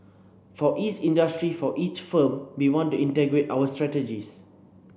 for each industry for each firm we want to integrate our strategies